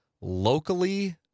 locally